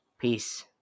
Peace